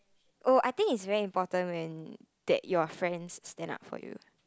oh I think it's very important when that your friends stand up for you